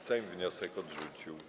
Sejm wniosek odrzucił.